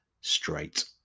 straight